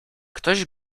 ktoś